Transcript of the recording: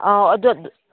ꯑꯥꯎ ꯑꯗꯣ